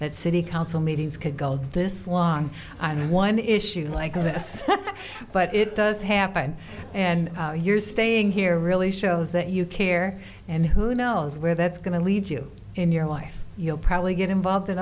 that city council meetings could go this long i mean one issue like this but it does happen and you're staying here really shows that you care and who knows where that's going to lead you in your life you'll probably get involved in